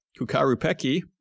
Kukarupeki